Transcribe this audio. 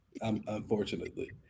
Unfortunately